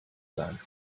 sein